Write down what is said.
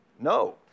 No